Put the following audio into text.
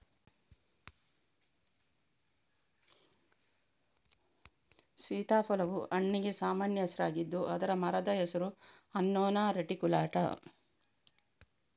ಸೀತಾಫಲವು ಹಣ್ಣಿಗೆ ಸಾಮಾನ್ಯ ಹೆಸರಾಗಿದ್ದು ಅದರ ಮರದ ಹೆಸರು ಅನ್ನೊನಾ ರೆಟಿಕ್ಯುಲಾಟಾ